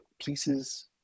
pieces